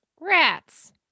rats